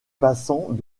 passants